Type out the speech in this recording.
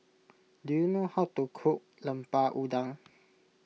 do you know how to cook Lemper Udang